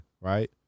right